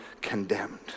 condemned